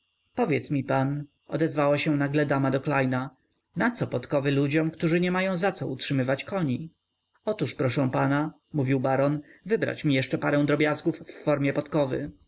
powiedz mi pan odezwała się nagle dama do klejna naco podkowy ludziom którzy nie mają zaco utrzymywać koni otóż proszę pana mówił baron wybrać mi jeszcze parę drobiazgów w formie podkowy